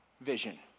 vision